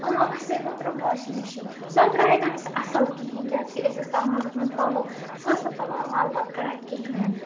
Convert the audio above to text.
آ اَسہِ أنۍ اوترٕ واشَنٛگ مِشیٖن سۄ دراے نہِ اَسہِ اصل کہیٖنۍ کیازکہِ أسۍ ٲسۍ تراوان تَتھ مَنٛز پَلَو سۄ ٲسۍ نہٕ پَلوَن مَل وَل کَڑان کہیٖنۍ نہٕ